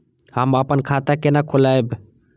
हम अपन खाता केना खोलैब?